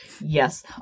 Yes